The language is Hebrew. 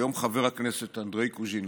היום חבר הכנסת אנדרי קוז'ינוב,